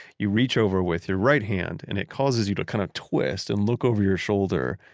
you reach over with your right hand and it causes you to kind of twist and look over your shoulder,